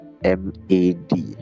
M-A-D